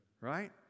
right